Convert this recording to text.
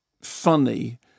funny